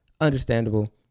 Understandable